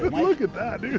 but look at that,